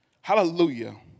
hallelujah